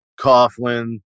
Coughlin